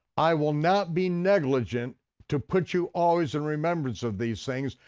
i will not be negligent to put you always in remembrance of these things,